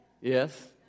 Yes